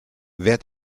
wer